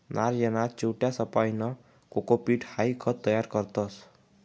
नारयना चिवट्यासपाईन कोकोपीट हाई खत तयार करतस